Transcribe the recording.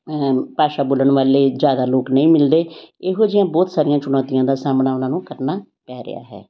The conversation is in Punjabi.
ਭਾਸ਼ਾ ਬੋਲਣ ਵਾਲੇ ਜ਼ਿਆਦਾ ਲੋਕ ਨਹੀਂ ਮਿਲਦੇ ਇਹੋ ਜਿਹੀਆਂ ਬਹੁਤ ਸਾਰੀਆਂ ਚੁਣੌਤੀਆਂ ਦਾ ਸਾਹਮਣਾ ਉਨ੍ਹਾਂ ਨੂੰ ਕਰਨਾ ਪੈ ਰਿਹਾ ਹੈ